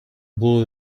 blow